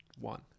one